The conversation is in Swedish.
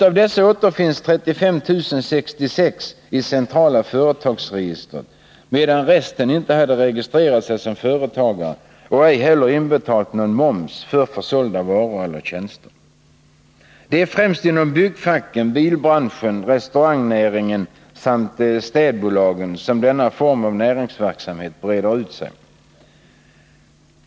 Av dessa återfinns 35 066 i centrala företagsregistret, medan resten inte hade registrerat sig som företagare och ej heller inbetalat någon moms för försålda varor eller tjänster. Det är främst inom byggfacken, bilbranschen, restaurangnäringen samt bland städbolagen som denna form av näringsverksamhet breder ut sig.